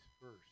first